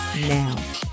now